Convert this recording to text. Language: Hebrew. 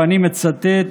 אני מצטט: